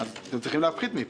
אתם צריכים להפחית מפה.